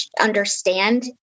understand